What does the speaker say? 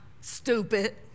stupid